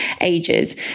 ages